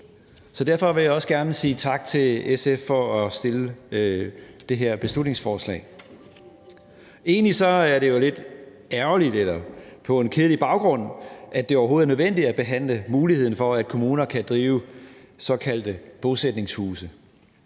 Derfor vil jeg også gerne sige tak til SF for at fremsætte det her beslutningsforslag. Egentlig er det jo lidt ærgerligt eller på en kedelig baggrund, at det overhovedet er nødvendigt at behandle muligheden for, at kommuner kan drive såkaldte bosætningshuse,